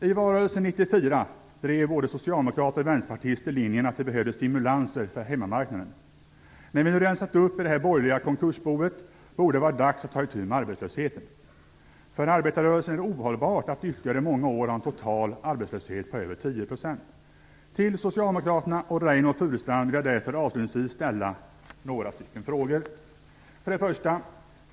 I valrörelsen 1994 drev både socialdemokrater och vänsterpartister linjen att det behövdes stimulanser för hemmamarknaden. När vi nu rensat upp i det borgerliga konkursboet borde det vara dags att ta itu med arbetslösheten. För arbetarrörelsen är det ohållbart att ytterligare många år ha en total arbetslöshet på över 10 %. Jag vill därför avslutningsvis ställa några frågor till Socialdemokraterna och Reynoldh Furustrand. För det första.